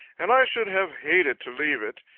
and i should have hated to leave it.